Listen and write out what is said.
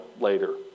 later